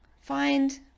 find